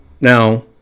Now